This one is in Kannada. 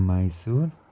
ಮೈಸೂರು